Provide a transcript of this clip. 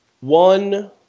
one